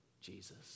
Jesus